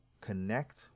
connect